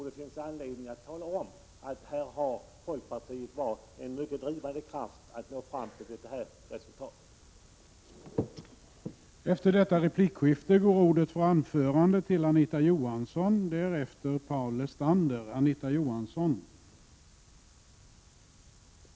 Det finns anledning att tala om att folkpartiet har varit en mycket drivande kraft för att nå fram till beslutet att flytta folkbokföringen från kyrkan.